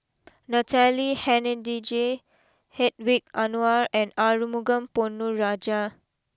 Natalie Hennedige Hedwig Anuar and Arumugam Ponnu Rajah